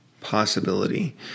possibility